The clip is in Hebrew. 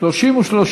2014, נתקבל.